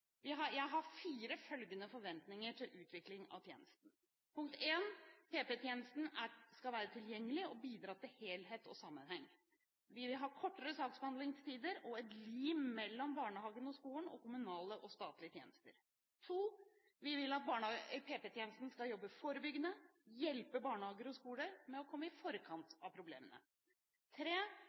Jeg har følgende fire forventninger til utvikling av tjenesten: PP-tjenesten skal være tilgjengelig og bidra til helhet og sammenheng. Vi vil ha kortere saksbehandlingstid og et «lim» mellom barnehagene og skolen og kommunale og statlige tjenester. Vi vil at PP-tjenesten skal jobbe forebyggende, dvs. hjelpe barnehager og skoler med å komme i forkant av